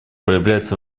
проявляется